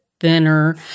thinner